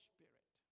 Spirit